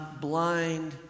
blind